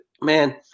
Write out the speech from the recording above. man